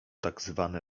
tzw